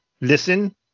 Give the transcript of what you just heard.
listen